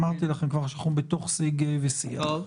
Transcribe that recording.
אמרתי לכם שאנחנו בתוך שיג ושיח,